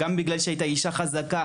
אלא גם בגלל שהיא הייתה אישה חזקה,